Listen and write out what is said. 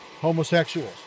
homosexuals